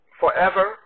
forever